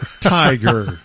Tiger